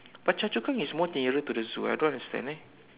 but Choa-Chu-Kang is more nearer to the zoo I don't understand eh